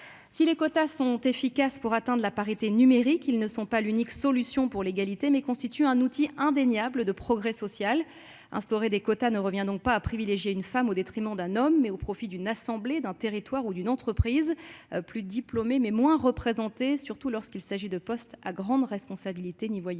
Si les quotas sont efficaces pour atteindre la parité numérique, ils ne sont pas l'unique solution pour l'égalité. Ils n'en constituent pas moins un outil indéniable au service du progrès social. Instaurer des quotas ne revient pas à privilégier une femme au détriment d'un homme, mais au profit d'une assemblée, d'un territoire ou d'une entreprise. Les femmes sont plus diplômées, mais moins représentées, surtout lorsqu'il s'agit de postes à grandes responsabilités :